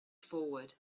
forward